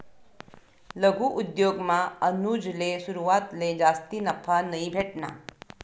लघु उद्योगमा अनुजले सुरवातले जास्ती नफा नयी भेटना